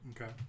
Okay